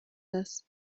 less